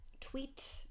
tweet